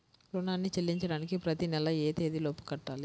రుణాన్ని చెల్లించడానికి ప్రతి నెల ఏ తేదీ లోపు కట్టాలి?